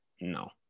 no